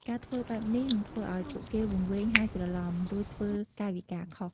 ការធ្វើបែបនេះនឹងធ្វើឱ្យពួកគេវង្វេង ហើយច្រឡំុ រួចធ្វើកាយវិការខុស។